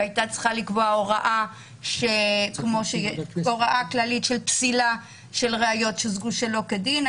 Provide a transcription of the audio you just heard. והייתה צריכה להיקבע הוראה כללית של פסילה של ראיות שהושגו שלא כדין.